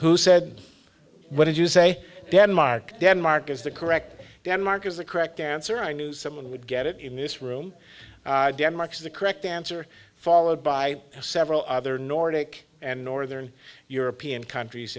who said what did you say denmark denmark is the correct denmark is the correct answer i knew someone would get it in this room denmark's the correct answer followed by several other nordic and northern european countries